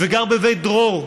וגר בבית דרור.